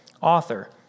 author